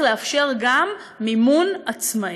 צריך לאפשר גם מימון עצמאי.